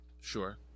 sure